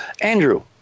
Andrew